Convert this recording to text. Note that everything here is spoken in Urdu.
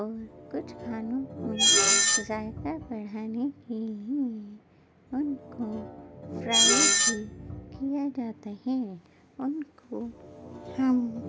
اور کچھ کھانوں میں ذائقہ بڑھانے کے لیے ان کو فرائی بھی کیا جاتا ہے ان کو ہم